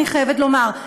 אני חייבת לומר,